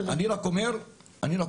אני רק אומר שהמשטרה,